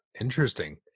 Interesting